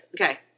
Okay